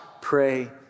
pray